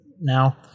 now